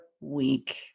week